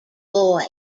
boy